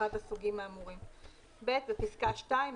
מאחד מהסוגים האמורים"; בפסקה (2),